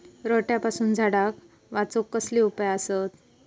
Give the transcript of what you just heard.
रोट्यापासून झाडाक वाचौक कसले उपाय आसत?